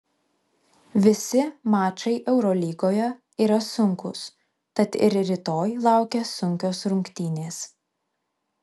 visi mačai eurolygoje yra sunkūs tad ir rytoj laukia sunkios rungtynės